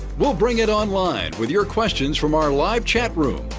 we'll bring it online with your questions from our live chat room,